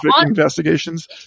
investigations